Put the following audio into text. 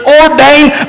ordained